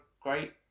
great